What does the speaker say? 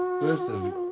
Listen